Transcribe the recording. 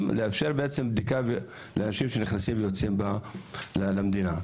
תתאפשר בדיקה לאנשים שנכנסים ויוצאים מהמדינה.